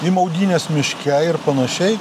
į maudynes miške ir panašiai